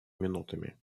минутами